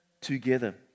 together